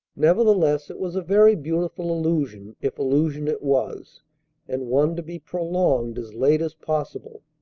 nevertheless, it was a very beautiful illusion, if illusion it was and one to be prolonged as late as possible.